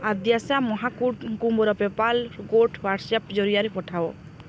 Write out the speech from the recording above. ଆଦ୍ୟାଶା ମହାକୁଡ଼ଙ୍କୁ ମୋର PayPal code WhatsApp ଜରିଆରେ ପଠାଅ